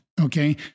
okay